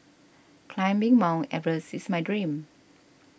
climbing Mount Everest is my dream